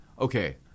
Okay